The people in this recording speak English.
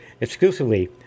exclusively